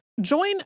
Join